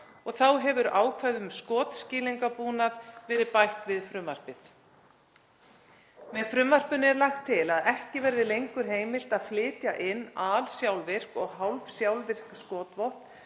Þá hefur ákvæði um skotskýlingabúnað verið bætt við frumvarpið. Með frumvarpinu er lagt til að ekki verði lengur heimilt að flytja inn alsjálfvirk og hálfsjálfvirk skotvopn